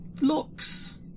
looks